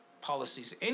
policies